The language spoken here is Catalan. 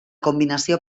combinació